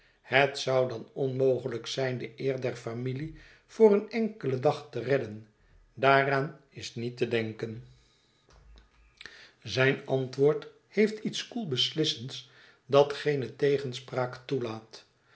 het zou dan onmogelijk zijn de eer der familie voor een enkelen dag te redden daaraan is niet te denken zijn antwoord heeft iets koel beslissends dat geene tegenspraak toelaat